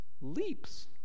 leaps